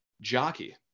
jockey